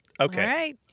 Okay